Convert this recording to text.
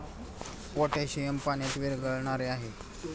potassium पाण्यात विरघळणारे आहे